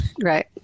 Right